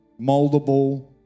moldable